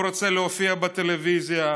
הוא רוצה להופיע בטלוויזיה,